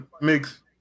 mix